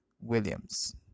Williams